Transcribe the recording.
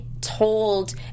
told